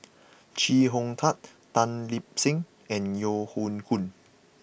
Chee Hong Tat Tan Lip Seng and Yeo Hoe Koon